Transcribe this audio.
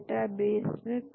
तो पेटेंट के अवसर हैं